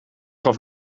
gaf